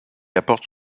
apporte